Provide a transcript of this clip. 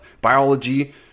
Biology